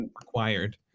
required